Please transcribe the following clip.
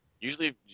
usually